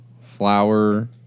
flour